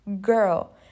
Girl